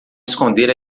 esconder